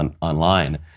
online